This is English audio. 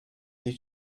did